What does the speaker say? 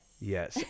Yes